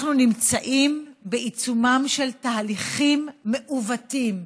אנחנו נמצאים בעיצומם של תהליכים מעוותים: